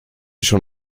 schon